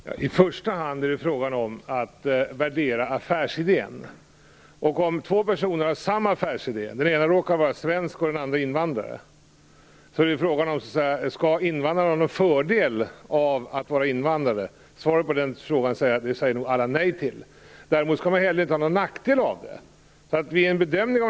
Herr talman! I första hand är det fråga om att värdera affärsidén. Om två personer har samma affärsidé och den ena råkar vara svensk och den andra invandrare, är frågan om ifall invandraren skall dra någon fördel av att han eller hon är invandrare. Den frågan svarar nog alla nej på. Däremot skall det ju inte heller vara någon nackdel att vara invandrare.